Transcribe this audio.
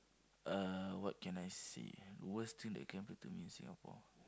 uh what I can say the worst thing that can happen to me in Singapore